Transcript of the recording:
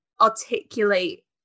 articulate